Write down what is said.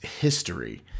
history